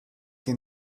que